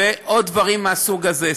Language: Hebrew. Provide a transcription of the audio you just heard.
ועוד דברים מהסוג הזה.